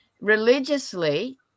religiously